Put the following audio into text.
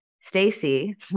stacy